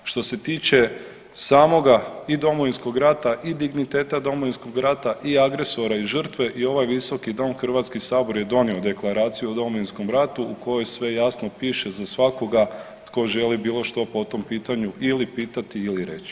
Što se tiče samoga i Domovinskog rata i digniteta Domovinskog rata i agresora i žrtve i ovaj Visoki dom HS je donio Deklaraciju o Domovinskom ratu u kojoj sve jasno piše za svakoga tko želi bilo što po tom pitanju ili pitati ili reći.